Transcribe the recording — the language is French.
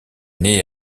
née